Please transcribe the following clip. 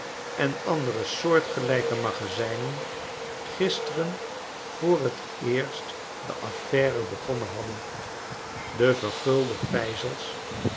en andere soortgelijke magazijnen gisteren voor t eerst de affaire begonnen hadden de vergulde vijzels